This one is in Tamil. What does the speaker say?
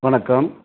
வணக்கம்